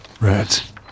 Rats